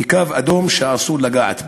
הוא קו אדום שאסור לגעת בו.